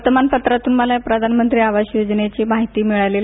वर्तमानपत्रातून मला या प्रधानमंत्री आवास योजनेची माहिती मिळाली